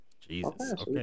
Jesus